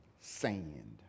sand